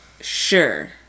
sure